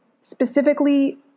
specifically